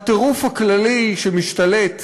הטירוף הכללי שמשתלט